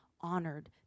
honored